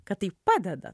kad tai padeda